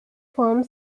former